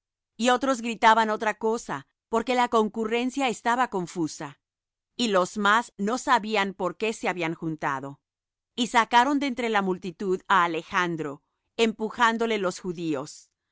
y otros gritaban otra cosa porque la concurrencia estaba confusa y los más no sabían por qué se habían juntado y sacaron de entre la multitud á alejandro empujándole los judíos